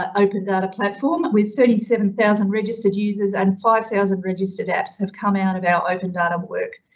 ah open data platform with thirty seven thousand registered users and five thousand registered apps have come out of our open data work.